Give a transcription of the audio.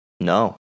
no